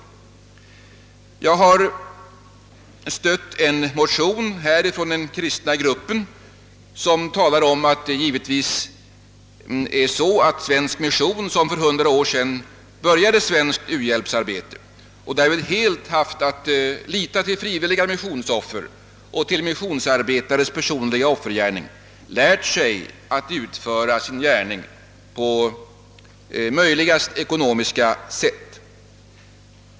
Jag har stött en motion från riksdagens kristna grupp, där det framhålles att svensk mission — som redan för hundra år sedan började svenskt uhjälpsarbete och som helt haft att lita till frivilliga missionsoffer och missionsarbetarnas personliga offergärning —— lärt sig att utföra sin gärning på det mest ekonomiska sättet.